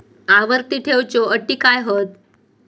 आवर्ती ठेव च्यो अटी काय हत?